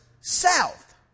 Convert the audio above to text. south